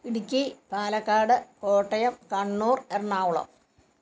Idukki Palakkad Kottayam Kannur Ernakulam